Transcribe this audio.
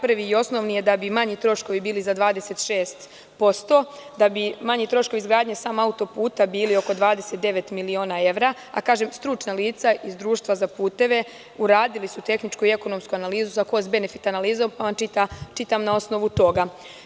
Prvi i osnovni je da bi manji troškovi bili za 26%, da bi manji troškovi izgradnje samo auto-puta bili oko 29 miliona evra, a kažem stručna lica iz Društva za puteve, uradili su tehničku i ekonomsku analizu sa kost benefit analizom, to vam čitam na osnovu toga.